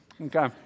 Okay